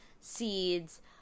seeds